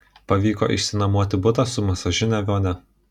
pavyko išsinuomoti butą su masažine vonia